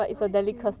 are you serious